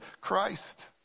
Christ